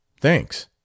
Thanks